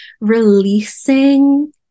releasing